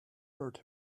heard